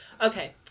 Okay